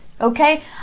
Okay